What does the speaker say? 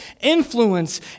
influence